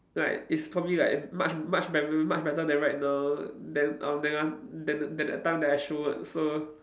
like is probably like much much better much better than right now than um than la~ than than that time I showed so